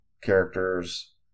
characters